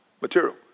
material